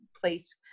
place